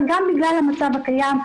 אבל גם בגלל המצב הקיים.